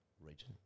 region